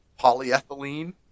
polyethylene